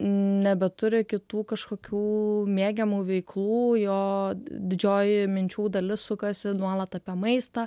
nebeturi kitų kažkokių mėgiamų veiklų jo didžioji minčių dalis sukasi nuolat apie maistą